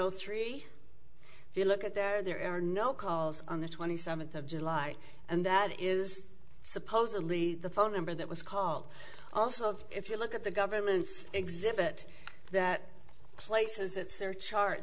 zero three if you look at there are no calls on the twenty seventh of july and that is supposedly the phone number that was called also of if you look at the government's exhibit that places it's their chart